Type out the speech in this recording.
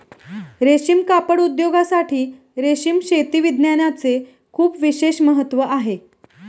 रेशीम कापड उद्योगासाठी रेशीम शेती विज्ञानाचे खूप विशेष महत्त्व आहे